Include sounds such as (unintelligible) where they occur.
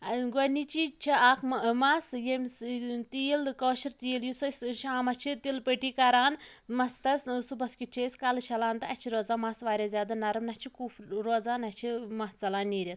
ٲں گۄڈٕنِچی چھِ اَکھ مَس ییٚمہِ (unintelligible) تیٖل کٲشُر تیٖل یُس أسۍ ٲں شامَس چھِ تِلہٕ پٔٹی کَران مَستَس ٲں صُبحَس کیٛت چھِ أسۍ کَلہٕ چھَلان تہٕ اسہِ چھُ روزان مَس واریاہ زیادٕ نرٕم نَہ چھُ کُف روزان نَہ چھُ مَس ژَلان نیٖرِتھ